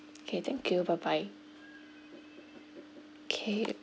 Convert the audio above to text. okay thank you bye bye okay